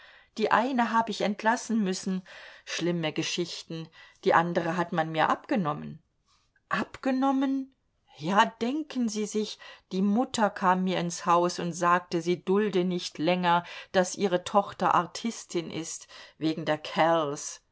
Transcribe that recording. die eine hab ich entlassen müssen schlimme geschichten die andre hat man mir abgenommen abgenommen ja denken sie sich die mutter kam mir ins haus und sagte sie dulde nicht länger daß ihre tochter artistin ist wegen der kerls